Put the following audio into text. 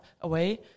away